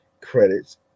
credits